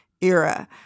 era